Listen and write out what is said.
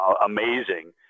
amazing